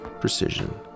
precision